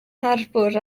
harbwr